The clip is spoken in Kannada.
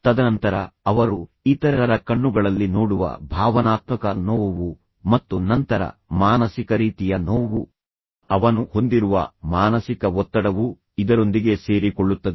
ತದನಂತರ ಅವರು ಇತರರ ಕಣ್ಣುಗಳಲ್ಲಿ ನೋಡುವ ಭಾವನಾತ್ಮಕ ನೋವು ಮತ್ತು ನಂತರ ಮಾನಸಿಕ ರೀತಿಯ ನೋವು ಅವನು ಹೊಂದಿರುವ ಮಾನಸಿಕ ಒತ್ತಡವು ಇದರೊಂದಿಗೆ ಸೇರಿಕೊಳ್ಳುತ್ತದೆ